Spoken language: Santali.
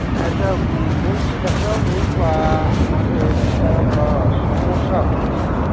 ᱟᱪ ᱪᱷᱟ ᱵᱚᱞᱪᱷᱤ ᱰᱟᱠᱴᱟᱨ ᱵᱟᱵᱩ ᱟᱢᱟᱫᱮᱨ ᱮᱠᱴᱟ ᱥᱚᱢᱚᱥᱥᱟ ᱦᱚᱭᱮᱪᱷᱮ